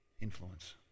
Influence